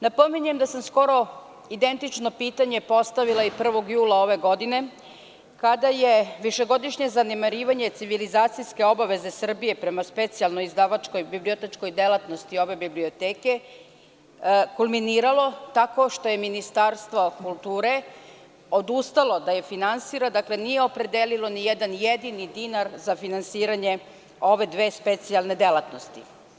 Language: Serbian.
Napominjem da sam skoro identično pitanje postavila i 1. jula ove godine, kada je višegodišnje zanemarivanje civilizacijske obaveze Srbije prema specijalnoj izdavačkoj bibliotečkoj delatnosti ove biblioteke kulminiralo tako što je Ministarstvo kulture odustalo da je finansira, dakle nije opredelilo ni jedan jedini dinar za finansiranje ove dve specijalne delatnosti.